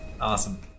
awesome